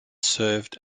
served